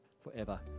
forever